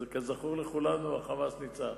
כזכור לכולנו, ה"חמאס" ניצח.